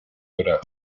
dorado